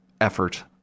effort